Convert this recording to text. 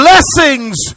Blessings